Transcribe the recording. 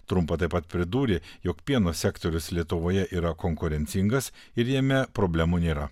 trumpa taip pat pridūrė jog pieno sektorius lietuvoje yra konkurencingas ir jame problemų nėra